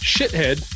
Shithead